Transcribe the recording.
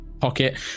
pocket